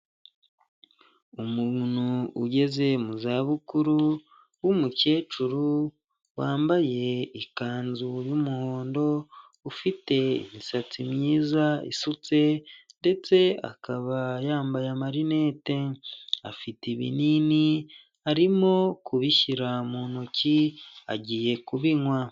Umuntu ugeze mu za bukuru w'umukecuru wambaye ikanzu y'umuhondo ufite imisatsi myiza isutse ndetse akaba yambaye amarinete afite ibinini arimo kubishyira mu ntoki agiye kubinywa.